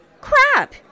Crap